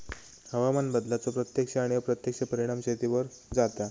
हवामान बदलाचो प्रत्यक्ष आणि अप्रत्यक्ष परिणाम शेतीवर जाता